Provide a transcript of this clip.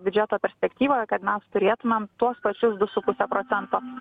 biudžeto perspektyvoje kad mes turėtumėm tuos pačius du su puse procento